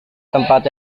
tempat